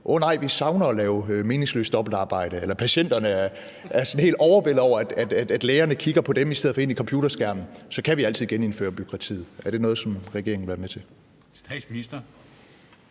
Åh nej, vi savner at lave meningsløst dobbeltarbejde, eller at patienterne er sådan helt overvældet over, at lægerne kigger på dem i stedet for ind i computerskærmen, så kan vi altid genindføre bureaukratiet. Er det noget, som regeringen vil være med til?